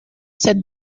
cette